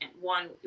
one